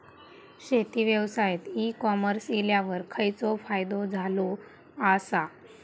शेती व्यवसायात e commerce इल्यावर खयचो फायदो झालो आसा?